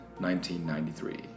1993